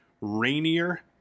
Rainier